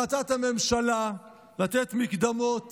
החלטת הממשלה לתת מקדמות